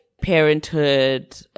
parenthood